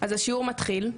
"השיעור מתחיל.